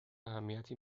اهمیتی